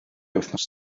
wythnos